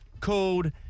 called